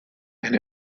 and